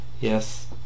Yes